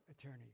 attorney